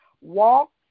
Walk